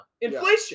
Inflation